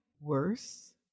worse